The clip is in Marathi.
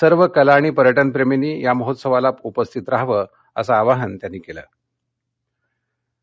सर्व कला आणि पर्यटनप्रसीनी महोत्सवाला उपस्थित राहावं असं आवाहनही त्यांनी कलि